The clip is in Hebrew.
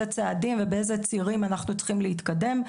באילו צעדים ובאילו צירים אנחנו צריכים להתקדם.